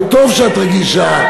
וטוב שאת רגישה,